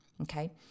Okay